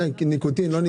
יש בו ניקוטין או לא?